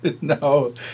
No